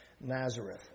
Nazareth